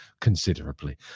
considerably